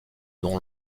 dont